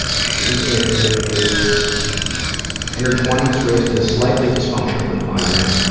she is in her twenty s, raised in a slightly dysfunctional environment.